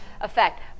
effect